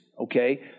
Okay